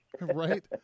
Right